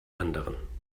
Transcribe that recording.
anderen